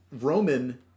Roman